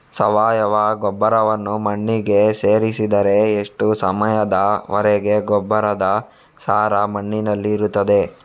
ಸಾವಯವ ಗೊಬ್ಬರವನ್ನು ಮಣ್ಣಿಗೆ ಸೇರಿಸಿದರೆ ಎಷ್ಟು ಸಮಯದ ವರೆಗೆ ಗೊಬ್ಬರದ ಸಾರ ಮಣ್ಣಿನಲ್ಲಿ ಇರುತ್ತದೆ?